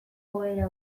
joera